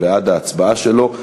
בעד ההצעה שלו,